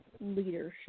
leadership